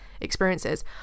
experiences